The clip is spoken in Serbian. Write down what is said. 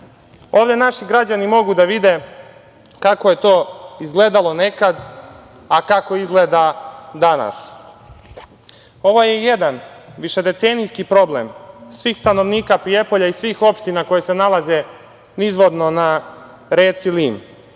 Ovde naši građani mogu da vide kako je to izgledalo nekad, a kako izgleda danas. Ovo je jedan višedecenijski problem svih stanovnika Prijepolja i svih opština koje se nalaze nizvodno na reci Lim.